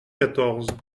quatorze